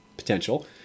potential